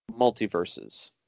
multiverses